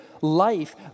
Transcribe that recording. life